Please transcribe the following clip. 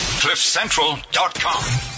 cliffcentral.com